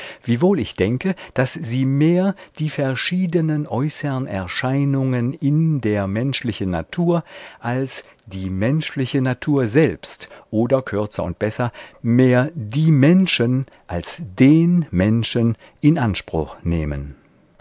wiewohl ich denke daß sie mehr die verschiedenen äußern erscheinungen in der menschlichen natur als die menschliche natur selbst oder kürzer und besser mehr die menschen als den menschen in anspruch nehmen